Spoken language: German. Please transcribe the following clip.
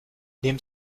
neben